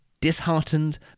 Disheartened